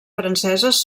franceses